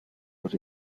but